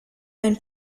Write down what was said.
ein